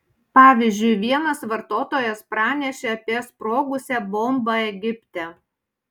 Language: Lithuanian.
pavyzdžiui vienas vartotojas pranešė apie sprogusią bombą egipte